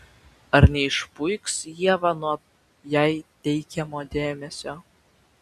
ar neišpuiks ieva nuo jai teikiamo dėmesio